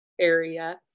area